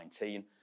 2019